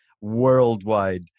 worldwide